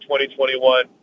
2021